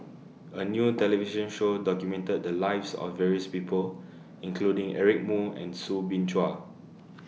A New television Show documented The Lives of various People including Eric Moo and Soo Bin Chua